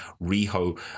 Riho